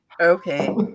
Okay